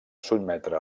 sotmetre